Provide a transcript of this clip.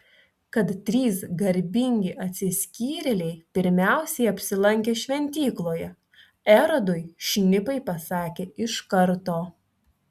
kad trys garbingi atsiskyrėliai pirmiausiai apsilankė šventykloje erodui šnipai pasakė iš karto